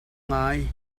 ngai